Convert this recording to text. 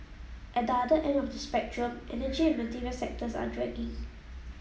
at the other end of the spectrum energy and material sectors are dragging